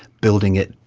building it,